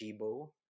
Chibo